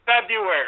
February